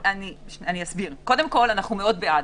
11:19) אנחנו מאוד בעד,